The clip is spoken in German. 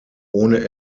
ohne